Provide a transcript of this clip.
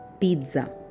pizza